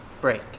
break